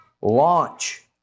Launch